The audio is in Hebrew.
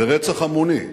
ורצח המוני,